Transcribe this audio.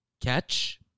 Catch